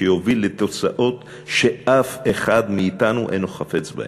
שיוביל לתוצאות שאף אחד מאתנו אינו חפץ בהן.